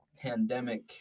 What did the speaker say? Pandemic